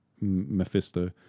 Mephisto